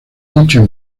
dicho